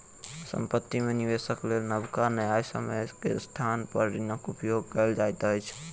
संपत्ति में निवेशक लेल नबका न्यायसम्य के स्थान पर ऋणक उपयोग कयल जाइत अछि